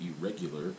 irregular